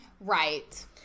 right